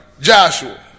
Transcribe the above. Joshua